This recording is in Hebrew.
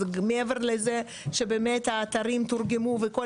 אז מעבר לזה שבאמת התארים תורגמו וכל